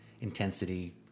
intensity